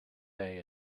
day